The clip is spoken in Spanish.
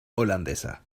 holandesa